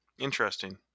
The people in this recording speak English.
Interesting